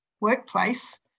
workplace